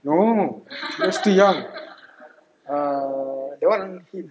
no that's too young err that [one] he